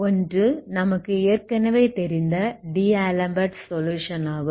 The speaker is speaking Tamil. ஒன்று நமக்கு ஏற்கனவே தெரிந்த டி ஆலம்பெர்ட் சொலுயுஷன் ஆகும்